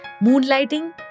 Moonlighting